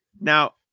now